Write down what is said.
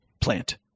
plant